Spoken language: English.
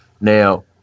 Now